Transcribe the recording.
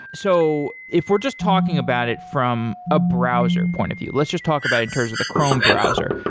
so if we're just talking about it from a browser point of view, let's just talk about in terms of the chrome browser,